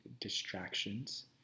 distractions